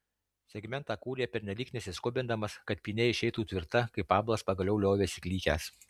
segmentą kūrė pernelyg nesiskubindamas kad pynė išeitų tvirta kai pablas pagaliau liovėsi klykęs